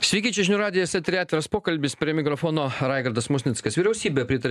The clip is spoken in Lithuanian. sveiki čia žinių radijas eteryj atviras pokalbis prie mikrofono raigardas musnickas vyriausybė pritarė